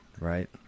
right